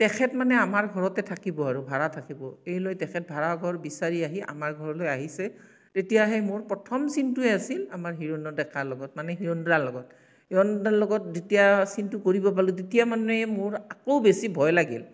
তেখেত মানে আমাৰ ঘৰতে থাকিব আৰু ভাড়া থাকিব এই লৈ তেখেত ভাড়াঘৰ বিচাৰি আহি আমাৰ ঘৰলৈ আহিছে তেতিয়াহে মোৰ প্ৰথম চিনটোৱেই আছিল আমাৰ হিৰণ্য় ডেকাৰ লগত মানে হিৰণ্য দাৰ লগত হিৰণ্য দাৰ লগত যেতিয়া চিনটো কৰিব গ'লোঁ তেতিয়া মানে মোৰ আকৌ বেছি ভয় লাগিল